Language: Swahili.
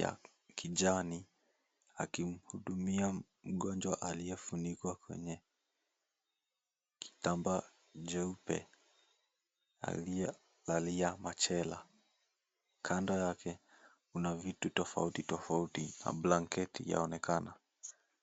ya kijani akihudumia mgonjwa aliyefunikwa kwenye kitamba jeupe aliyevalia machela kando yake, kuna vitu tofauti tofauti na blanketi yanaonekana.